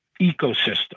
ecosystem